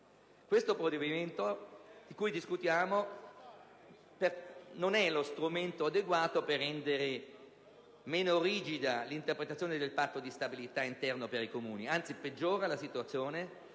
Questo provvedimento di cui discutiamo non è lo strumento adeguato per rendere meno rigida l'interpretazione del Patto di stabilità interno per i Comuni, anzi peggiora la situazione,